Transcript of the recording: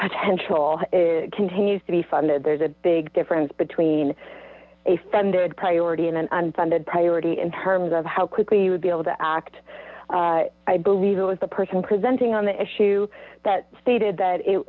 potential continues to be funded there's a big difference between a funded priority and an unfunded priority in terms of how quickly you would be able to act i believe it was the person presenting on the issue that stated that it